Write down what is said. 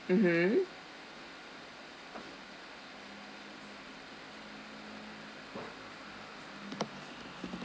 mmhmm